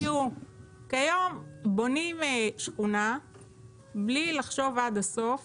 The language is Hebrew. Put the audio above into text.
כיום בונים שכונה בלי לחשוב עד הסוף